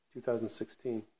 2016